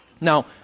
Now